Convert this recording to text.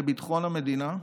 לביטחון המדינה.